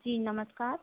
जी नमस्कार